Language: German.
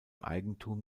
eigentum